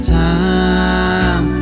time